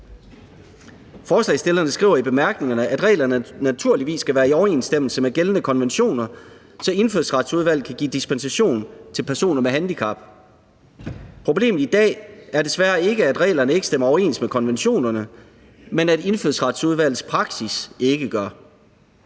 Forslagsstillerne skriver i bemærkningerne, at reglerne naturligvis skal være i overensstemmelse med gældende konventioner, så Indfødsretsudvalget kan give dispensation til personer med handicap. Problemet i dag er desværre ikke, at reglerne ikke stemmer overens med konventionerne, men at Indfødsretsudvalgets praksis ikke gør.